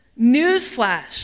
newsflash